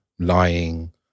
lying